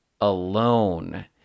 alone